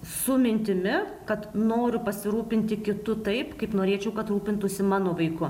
su mintimi kad noriu pasirūpinti kitu taip kaip norėčiau kad rūpintųsi mano vaiku